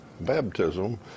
baptism